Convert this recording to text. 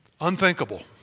Unthinkable